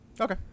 Okay